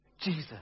Jesus